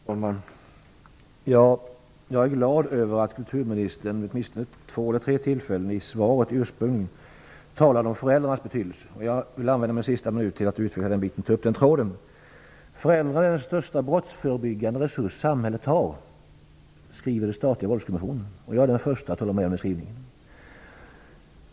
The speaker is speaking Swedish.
Herr talman! Jag är glad över att kulturministern i två eller tre sammanhang i svaret talar om föräldrarnas betydelse. Jag vill använda de återstående minuterna till att ta upp den tråden. Föräldrarna är den största brottsförebyggande resurs samhället har, skriver Våldskommissionen. Jag är den förste att hålla med om det.